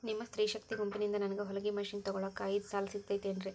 ನಿಮ್ಮ ಸ್ತ್ರೇ ಶಕ್ತಿ ಗುಂಪಿನಿಂದ ನನಗ ಹೊಲಗಿ ಮಷೇನ್ ತೊಗೋಳಾಕ್ ಐದು ಸಾಲ ಸಿಗತೈತೇನ್ರಿ?